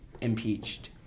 impeached